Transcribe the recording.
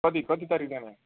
कति कति तारिक जाने